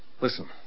Listen